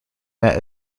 met